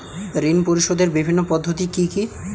ঋণ পরিশোধের বিভিন্ন পদ্ধতি কি কি?